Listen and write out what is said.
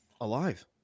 alive